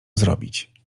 zrobić